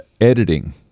editing